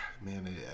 Man